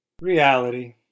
Reality